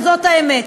אבל זאת האמת.